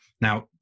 Now